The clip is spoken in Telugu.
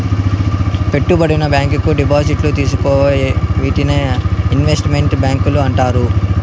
పెట్టుబడి బ్యాంకు డిపాజిట్లను తీసుకోవు వీటినే ఇన్వెస్ట్ మెంట్ బ్యాంకులు అంటారు